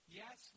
yes